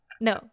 No